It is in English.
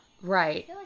right